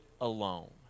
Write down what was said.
alone